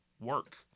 work